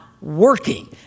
working